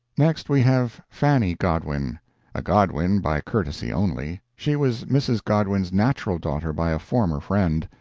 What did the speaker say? next we have fanny godwin a godwin by courtesy only she was mrs. godwin's natural daughter by a former friend.